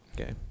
Okay